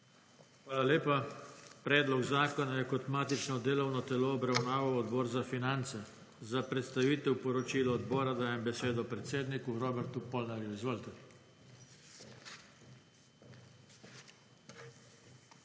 Hvala lepa. Predlog zakona je kot matično delovno telo obravnaval Odbor za finance. Za predstavitev poročila odbora dajem besedo predsedniku, Robertu Polnarju. Izvolite.